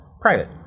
private